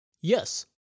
Yes